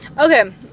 okay